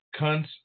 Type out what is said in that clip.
cunts